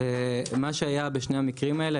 מה שהיה בשני המקרים האלה,